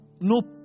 No